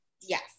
Yes